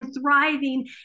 thriving